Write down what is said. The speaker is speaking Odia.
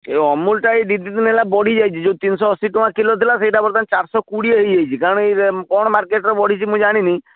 ଏ ଅମୁଲଟା ଏ ଦୁଇ ଦିନ ହେଲା ବଢ଼ିଯାଇଛି ଯେଉଁ ତିନିଶହ ଅଶୀ ଟଙ୍କା କିଲୋ ଥିଲା ସେଇଟା ବର୍ତ୍ତମାନ ଚାରିଶହ କୋଡ଼ିଏ ହେଇଯାଇଛି କାରଣ କ'ଣ ମାର୍କେଟରେ ବଢ଼ିଛି ମୁଁ ଜାଣିନି